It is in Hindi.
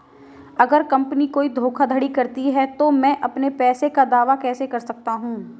अगर कंपनी कोई धोखाधड़ी करती है तो मैं अपने पैसे का दावा कैसे कर सकता हूं?